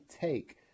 take